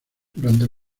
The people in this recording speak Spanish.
durante